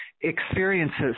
experiences